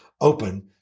open